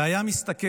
זה היה מסתכם